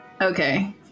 Okay